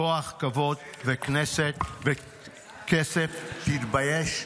כוח, כבוד וכסף, תתבייש".